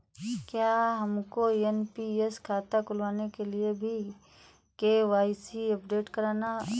क्या हमको एन.पी.एस खाता खुलवाने के लिए भी के.वाई.सी अपडेट कराना होगा?